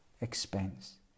expense